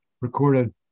recorded